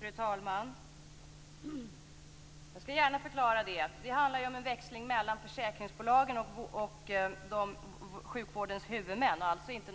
Fru talman! Jag skall gärna förklara det. Det handlar ju om en växling mellan försäkringsbolagen och sjukvårdens huvudmän. Det är alltså inget